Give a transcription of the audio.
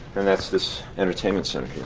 and that's this entertainment center here.